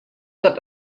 that